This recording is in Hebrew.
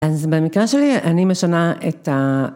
אז במקרה שלי אני משנה את